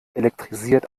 elektrisiert